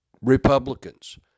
Republicans